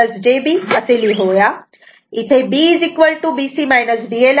इथे BB C BL आहे